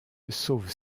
sauve